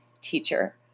teacher